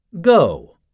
Go